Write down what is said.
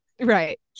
Right